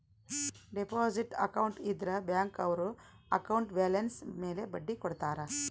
deposit account ಇದ್ರ bank ಅವ್ರು account balance ಮೇಲೆ ಬಡ್ಡಿ ಕೊಡ್ತಾರ